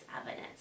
evidence